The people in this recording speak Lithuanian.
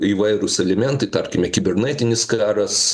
įvairūs elimentai tarkime kibernetinis karas